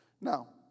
Now